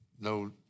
no